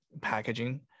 packaging